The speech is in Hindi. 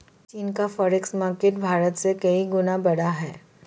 चीन का फॉरेक्स मार्केट भारत से कई गुना बड़ा है